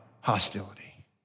hostility